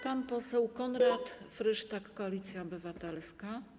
Pan poseł Konrad Frysztak, Koalicja Obywatelska.